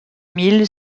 mille